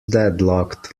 deadlocked